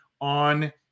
on